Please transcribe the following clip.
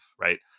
right